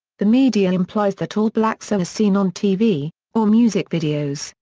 the media implies that all blacks are as seen on tv, or music videos,